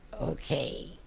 Okay